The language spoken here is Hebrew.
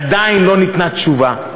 עדיין לא ניתנה תשובה.